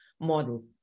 model